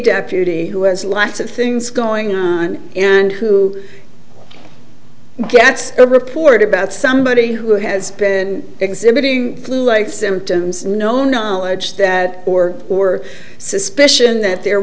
deputy who has lots of things going on and who gets a report about somebody who has been exhibiting flulike symptoms no knowledge that or were suspicion that there